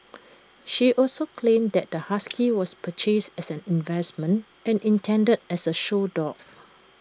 she also claimed that the husky was purchased as an investment and intended as A show dog